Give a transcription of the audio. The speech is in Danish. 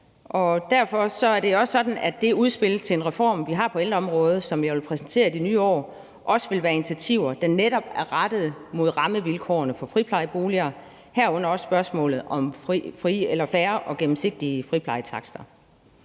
og derfor er det også sådan, at der i det udspil til en reform på ældreområdet, som regeringen har, og som jeg vil præsentere i det nye år, også vil være initiativer, der netop er rettet mod rammevilkårene for friplejeboliger, herunder også spørgsmålet om fair og gennemsigtige friplejetakster.